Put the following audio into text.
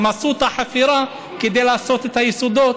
הם עשו את החפירה כדי לעשות את היסודות,